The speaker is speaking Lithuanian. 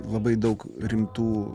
labai daug rimtų